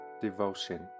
Devotion